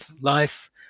life